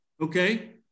Okay